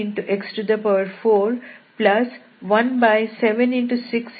3x417